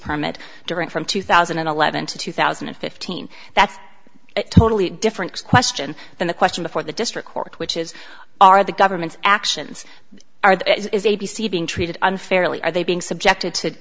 permit during from two thousand and eleven to two thousand and fifteen that's a totally different question than the question before the district court which is are the government's actions are is a b c being treated unfairly are they being subjected to